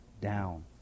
down